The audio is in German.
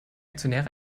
aktionäre